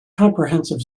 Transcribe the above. comprehensive